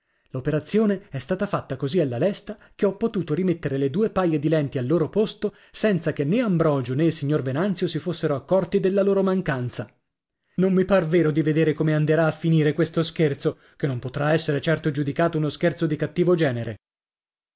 l'operazione è stata fatta così alla lesta che ho potuto rimettere le due paia di lenti al loro posto senza che né ambrogio né il signor venanzio si fossero accorti della loro mancanza non mi par vero dì vedere come anderà a finire questo scherzo che non potrà essere certo giudicato uno scherzo di cattivo genere